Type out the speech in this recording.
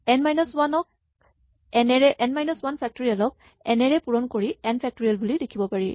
N minus one factorial ক n ৰে পূৰণ কৰি এন ফেক্টৰিয়ল বুলি লিখিব পাৰি